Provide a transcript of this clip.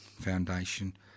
Foundation